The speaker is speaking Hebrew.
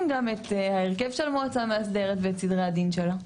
גם את ההרכב של המועצה המאסדרת ואת סדרי הדין שלה.